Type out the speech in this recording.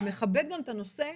ומכבד גם את הנושא.